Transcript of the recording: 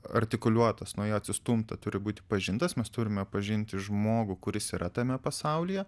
artikuliuotas nuo jo atsistumta turi būti pažintas mes turime pažinti žmogų kuris yra tame pasaulyje